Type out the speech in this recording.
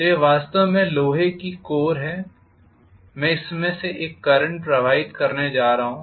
तो यह वास्तव में लौह कोर है मैं इसमें से एक करंट पास करने जा रहा हूं